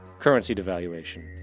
currency devaluation.